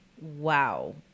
Wow